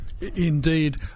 indeed